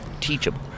teachable